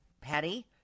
patty